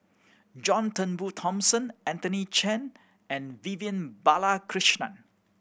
John Turnbull Thomson Anthony Chen and Vivian Balakrishnan